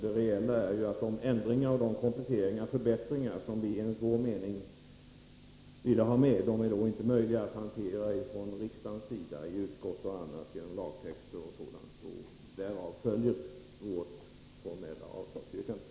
Det reella är att de ändringar, kompletteringar och förbättringar som vi vill ha med inte är möjliga att hantera från riksdagens sida — i utskott och i fråga om lagtext och sådant. Därav följer vårt formella avslagsyrkande.